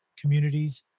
communities